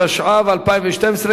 התשע"ב 2012,